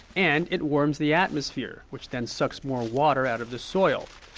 and it warms the atmosphere, which then sucks more water out of the soil.